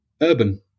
urban